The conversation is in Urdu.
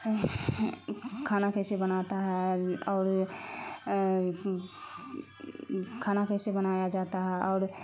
کھانا کیسے بناتا ہے اور کھانا کیسے بنایا جاتا ہے اور